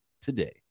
today